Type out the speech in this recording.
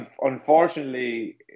unfortunately